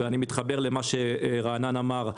אני מתחבר למה שרענן אמר,